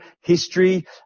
history